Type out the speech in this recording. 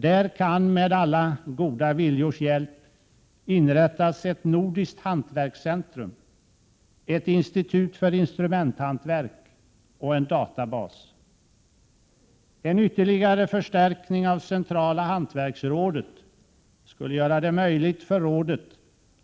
Där kan — med alla goda viljors hjälp — inrättas ett nordiskt hantverkscentrum, ett institut för instrumenthantverk och en databas. En ytterligare förstärkning av Centrala hantverksrådet skulle göra det möjligt för rådet